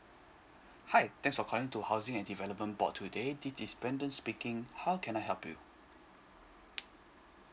hi thanks for calling to housing and development board today this is brendan speaking how can I help you